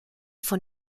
von